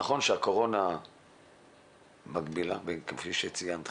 נכון שהקורונה מגבילה, כפי שחן ציינה,